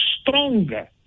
stronger